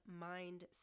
mind